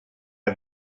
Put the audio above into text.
had